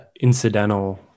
incidental